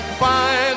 find